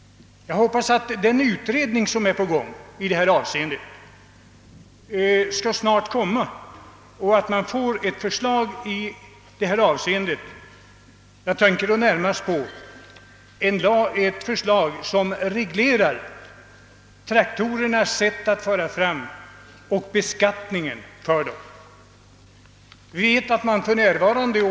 Jag hoppas att den utredning som pågår i detta avseende snart skall resultera i ett förslag. Jag tänker då närmast på ett förslag som reglerar framförandet av traktorer och frågan om deras beskattning.